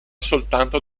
soltanto